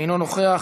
אינו נוכח.